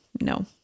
no